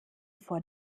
vor